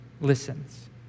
listens